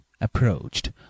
Approached